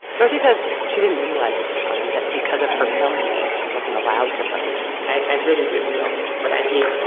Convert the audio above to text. dorothy says she didn't realize at the time that because of her felony, she wasn't allowed to vote i really didn't know, but i